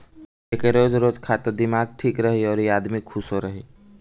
एके रोज रोज खा त दिमाग ठीक रही अउरी आदमी खुशो रही